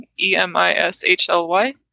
E-M-I-S-H-L-Y